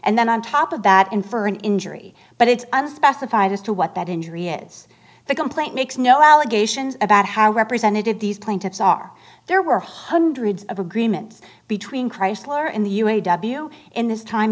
and then on top of that infer an injury but it's unspecified as to what that injury is the complaint makes no allegations about how representative these plaintiffs are there were hundreds of agreements between chrysler and the u a w in this time